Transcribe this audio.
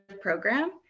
program